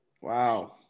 Wow